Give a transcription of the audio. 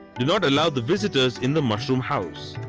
do not allow the visitors in the mushroom house.